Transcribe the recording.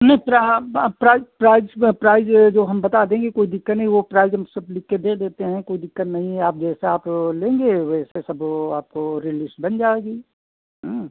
नहीं अब price price में प्राइज यह जो हम बता देंगे कोई दिक़्क़त नहीं वह प्राइज हम सब लिखकर दे देते हैं कोई दिक़्क़त नहीं है आप जैसा आप लेंगे वैसे सब वह आपको रेन लिस बन जाएगी हाँ